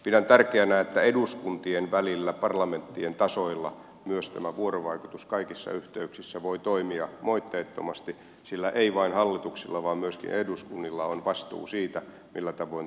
pidän tärkeänä että eduskuntien välillä parlamenttien tasoilla myös tämä vuorovaikutus kaikissa yhteyksissä voi toimia moitteettomasti sillä ei vain hallituksilla vaan myöskin eduskunnilla on vastuu siitä millä tavoin turvallisuusympäristössämme toimitaan